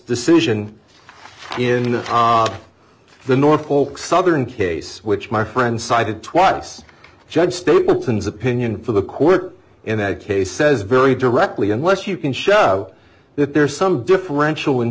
decision in the north pole southern case which my friend cited twice judge stapleton's opinion for the court in that case says very directly unless you can show that there is some differential in